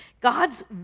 God's